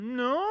no